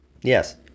Yes